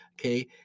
Okay